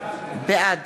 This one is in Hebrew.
בעד